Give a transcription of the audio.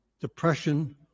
depression